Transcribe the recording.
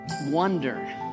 wonder